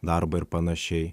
darbą ir panašiai